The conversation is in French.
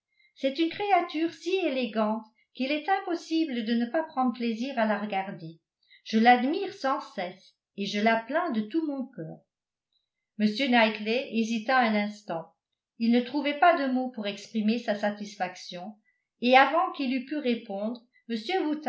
c'est une créature si élégante qu'il est impossible de ne pas prendre plaisir à la regarder je l'admire sans cesse et je la plains de tout mon cœur m knightley hésita un instant il ne trouvait pas de mots pour exprimer sa satisfaction et avant qu'il eût pu répondre